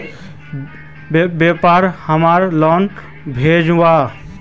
व्यापार हमार लोन भेजुआ?